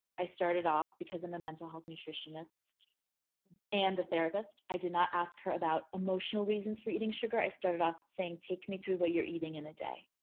i started off because i'm a mental health nutritionist and a therapist. i did not ask her about emotional reasons for eating sugar. i started off saying take me through what you're eating in a day.